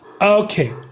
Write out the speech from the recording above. Okay